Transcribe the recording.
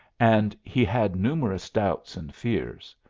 and he had numerous doubts and fears.